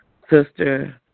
sister